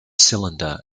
cylinder